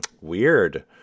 weird